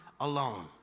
alone